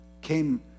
came